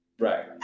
Right